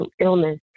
illness